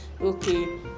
Okay